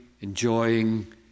enjoying